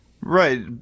Right